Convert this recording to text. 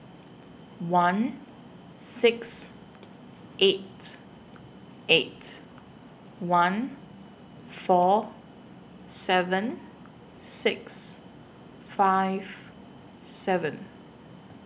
one six eight eight one four seven six five seven